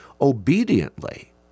obediently